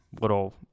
little